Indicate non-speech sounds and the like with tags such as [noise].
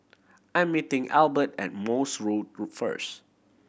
I'm meeting Elbert at Morse Road [unintelligible] first